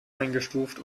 eingestuft